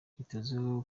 yitezweho